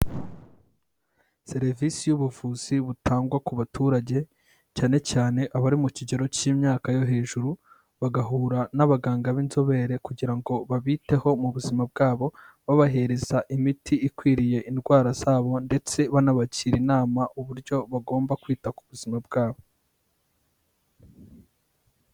Serivisi y'ubuvuzi butangwa ku baturage, cyane cyane abari mu kigero k'imyaka yo hejuru, bagahura n'abaganga b'inzobere kugira ngo babiteho mu buzima bwabo, babahereza imiti ikwiriye indwara zabo ndetse banabagira inama uburyo bagomba kwita ku buzima bwabo.